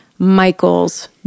Michael's